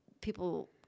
people